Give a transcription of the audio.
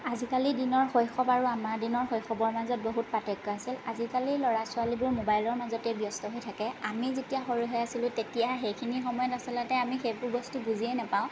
আজিকালি দিনৰ শৈশৱ আৰু আমাৰ দিনৰ শৈশৱৰ মাজত বহুত পাৰ্থক্য আছিল আজিকালিৰ ল'ৰা ছোৱালীবোৰ ম'বাইলৰ মাজতেই ব্যস্ত হৈ থাকে আমি যেতিয়া সৰু হৈ আছিলোঁ তেতিয়া সেইখিনি সময়ত আচলতে আমি সেইবোৰ বস্তু বুজিয়েই নেপাওঁ